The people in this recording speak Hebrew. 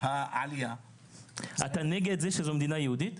העלייה --- אתה נגד זה שזו מדינה יהודית?